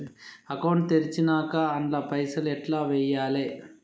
Account తెరిచినాక అండ్ల పైసల్ ఎట్ల వేయాలే?